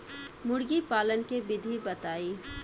मुर्गीपालन के विधी बताई?